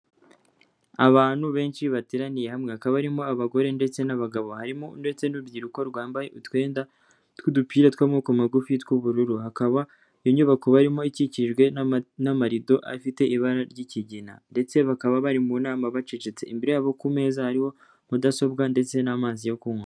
Abantu benshi bateraniye hamwe, hakaba barimo abagore ndetse n'abagabo, harimo ndetse n'urubyiruko rwambaye utwenda tw'udupira tw'amoko magufi tw'ubururu, hakaba iyo nyubako barimo ikikijwe n'amarido afite ibara ry'ikigina, ndetse bakaba bari mu nama bacecetse, imbere yabo ku meza hari mudasobwa ndetse n'amazi yo kunywa.